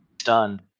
stunned